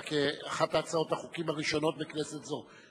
כאחת מהצעות החוק הראשונות בכנסת זאת.